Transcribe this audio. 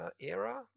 era